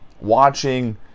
watching